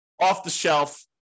off-the-shelf